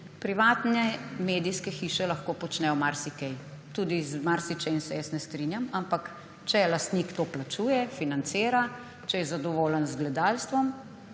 Privatne medijske hiše lahko počnejo marsikaj. Z marsičem tudi se jaz ne strinjam, ampak če lastnik to plačuje, financira, če je zadovoljen z gledalstvom,